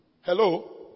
Hello